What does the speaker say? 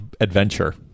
adventure